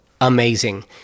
Amazing